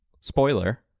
spoiler